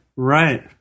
Right